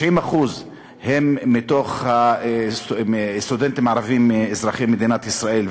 90% הם סטודנטים ערבים אזרחי מדינת ישראל.